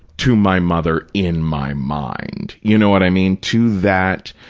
to my mother in my mind, you know what i mean, to that,